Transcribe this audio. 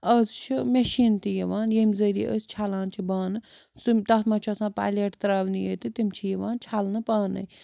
آز چھِ میٚشیٖن تہِ یِوان ییٚمہِ ذٔریعہِ أسۍ چھَلان چھِ بانہٕ سُہ تَتھ منٛز چھُ آسان پَلیٹ ترٛاونی یٲتۍ تہِ تِم چھِ یِوان چھَلنہٕ پانَے